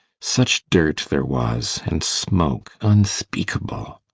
such dirt there was, and smoke! unspeakable!